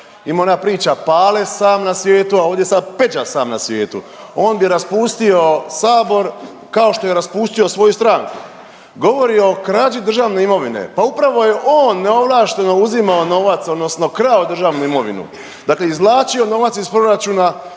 Ima ona priča „Pale sam na svijetu“, a ovdje sad „Peđa sam na svijetu“. On bi raspustio Sabor kao što je raspustio svoju stranku. Govori o krađi državne imovine. Pa upravo je on neovlašteno uzimao novac, odnosno krao državnu imovinu. Dakle, izvlačio novac iz proračuna